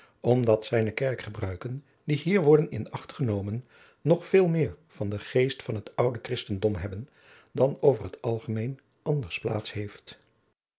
omdat zijne kerkgebruiken die hier worden in acht genomen nog veel meer van den geest van het oude christendom hebben dan over het algemeen anders plaats heeft